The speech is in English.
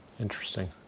Interesting